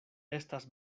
estas